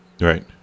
Right